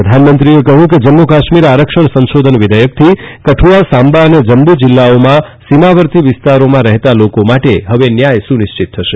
પ્રધાનમંત્રીએ કહ્યું કે જમ્મુ કાશ્મીર આરક્ષણ સંશોધન વિઘેયકથી કઠુઆ સાંબા અને જમ્મુ જિલ્લાઓના સીમાવર્તી વિસ્તારોમાં રહેતા લોકો માટે ન્યાય સુનિશ્ચિત થશે